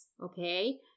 okay